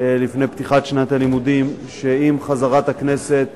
לפני פתיחת שנת הלימודים, שעם חזרת הכנסת